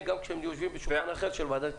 גם כשהם יושבים בשולחן אחר בוועדת הכספים.